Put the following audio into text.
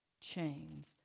chains